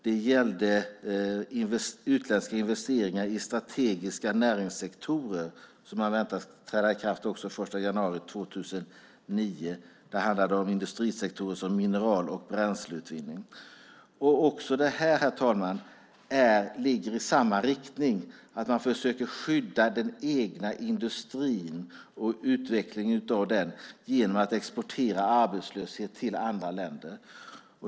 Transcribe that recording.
Det gällde utländska investeringar i strategiska näringssektorer, som man väntar sig ska träda i kraft den 1 januari 2009. Det handlar om industrisektorer som mineral och bränsleutvinning. Också detta, herr talman, ligger i samma riktning, nämligen att man försöker skydda utvecklingen av den egna industrin genom att exportera arbetslöshet till andra länder.